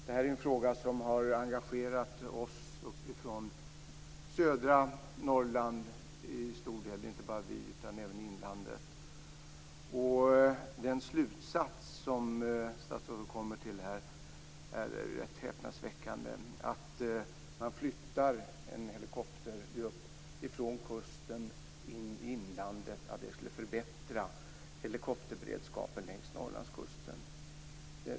Det här är en fråga som har engagerat oss i södra Norrland och inte bara oss utan även dem i inlandet. Den slutsats som statsrådet kommer till är ganska häpnadsväckande. Man flyttar en helikoptergrupp från kusten till inlandet, och det skulle förbättra helikopterberedskapen längs Norrlandskusten.